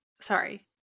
sorry